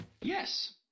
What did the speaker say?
Yes